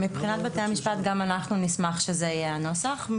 מבחינת בתי המשפט גם אנחנו נשמח שזה יהיה הנוסח.